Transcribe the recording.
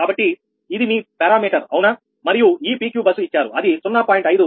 కాబట్టి ఇది మీ పారామీటర్ అవునా మరియు ఈ PQ బస్సు ఇచ్చారు అది 0